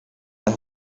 las